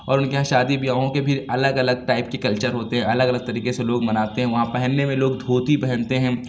اور ان کے یہاں شادی بیاہوں کے بھی الگ الگ ٹائپ کی کلچر ہوتے ہیں الگ الگ طریقے سے لوگ مناتے ہیں وہاں پہننے میں لوگ دھوتی پہنتے ہیں